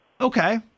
Okay